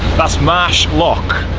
that's marsh lock,